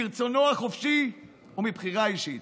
מרצונו החופשי ומבחירה אישית.